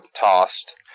tossed